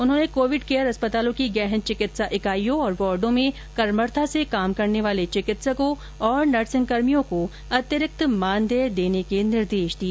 उन्होंने COVID care अस्पतालों की गहन चिकित्सा इकाइयों तथा वार्डों में कर्मठता से काम करने वाले चिकित्सकों नर्सिंगकर्मियों को अतिरिक्त मानदेय देने के निर्देश दिए